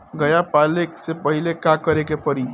गया पाले से पहिले का करे के पारी?